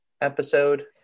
episode